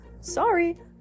sorry